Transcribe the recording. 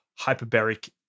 hyperbaric